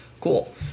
Cool